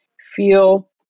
feel